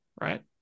right